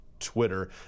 Twitter